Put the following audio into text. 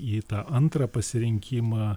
į tą antrą pasirinkimą